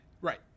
Right